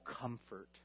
comfort